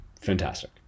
fantastic